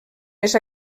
més